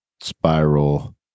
spiral